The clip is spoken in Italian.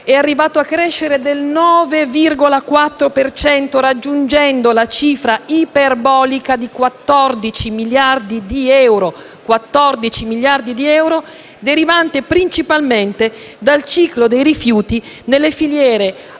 è arrivato a crescere del 9,4 per cento, raggiungendo la cifra iperbolica di 14 miliardi di euro, derivanti principalmente dal ciclo dei rifiuti nelle filiere agroalimentari